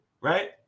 right